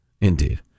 Indeed